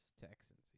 Texans